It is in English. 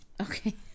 Okay